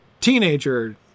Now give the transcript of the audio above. teenager